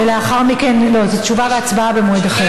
לא, תשובה והצבעה במועד אחר.